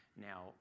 now